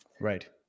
Right